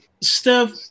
Steph